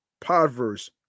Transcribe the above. Podverse